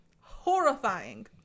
horrifying